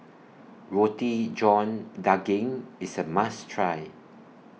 Roti John Daging IS A must Try